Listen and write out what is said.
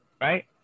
right